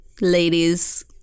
ladies